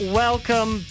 welcome